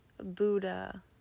Buddha